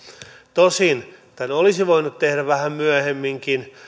tosin tämän olisi voinut tehdä vähän myöhemminkin